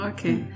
Okay